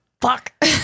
Fuck